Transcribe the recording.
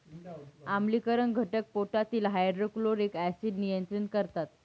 आम्लीकरण घटक पोटातील हायड्रोक्लोरिक ऍसिड नियंत्रित करतात